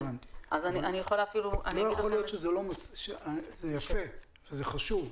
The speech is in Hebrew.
זה יפה, וזה חשוב.